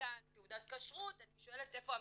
מתן תעודת כשרות, אני שואלת איפה המדינה.